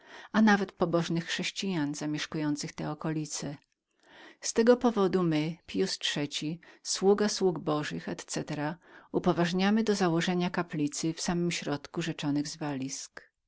a nawet prawowiernych chrześcijan zamieszkujących te okolice z tego to powodu my pius iii naczelnik duchowieństwa etc etc upoważniamy do założenia kaplicy w samymże środku rzeczonych zwalisk